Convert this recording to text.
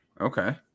Okay